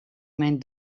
mijn